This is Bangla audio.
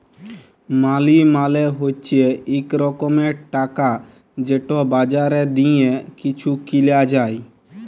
মালি মালে হছে ইক রকমের টাকা যেট বাজারে দিঁয়ে কিছু কিলা যায়